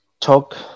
talk